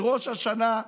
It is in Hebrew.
בראש השנה,